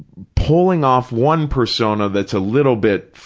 pulling off one persona that's a little bit,